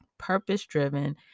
purpose-driven